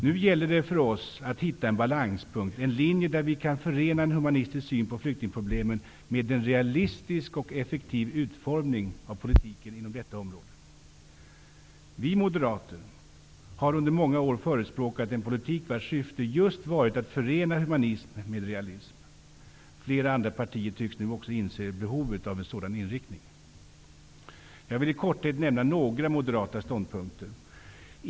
Nu gäller det för oss att hitta en balanspunkt, en linje där vi kan förena en humanitär syn på flyktingproblemen med en realistisk och effektiv utformning av politiken inom detta område. Vi moderater har under många år förespråkat en politik vars syfte just varit att förena humanitet med realism. Flera andra partier tycks nu också inse behovet av en sådan inriktning. Jag vill i korthet nämna några moderata ståndpunkter.